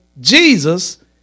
Jesus